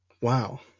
wow